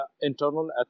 internal